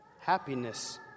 happiness